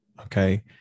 Okay